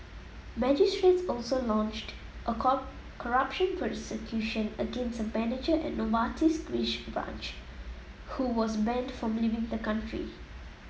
magistrates also launched a corruption prosecution against a manager at Novartis's Greek branch who was banned from leaving the country